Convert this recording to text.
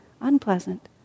Unpleasant